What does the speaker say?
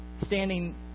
standing